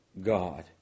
God